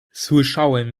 słyszałem